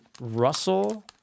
Russell